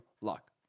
Luck